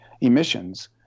emissions